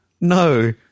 no